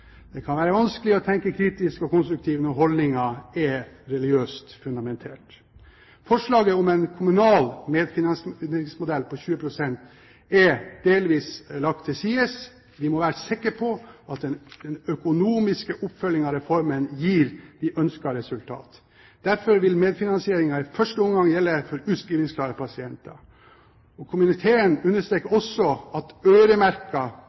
det kan være vanskelig å tenke kritisk og konstruktivt når holdningene er religiøst fundamentert. Forslaget om en kommunal medfinansieringsmodell på 20 pst. er delvis lagt til side. Vi må være sikre på at den økonomiske oppfølgingen av reformen gir de ønskede resultater. Derfor vil medfinansieringen i første omgang gjelde for utskrivningsklare pasienter. Komiteen understreker også at